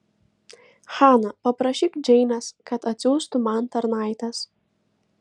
hana paprašyk džeinės kad atsiųstų man tarnaites